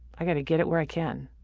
i've gotta get it where i can,